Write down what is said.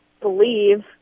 believe